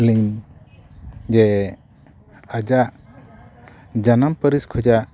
ᱟᱹᱞᱤᱧ ᱡᱮ ᱟᱡᱟᱜ ᱡᱟᱱᱟᱢ ᱯᱟᱹᱨᱤᱥ ᱠᱷᱚᱡᱟᱜ